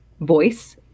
voice